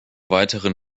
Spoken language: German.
weiteren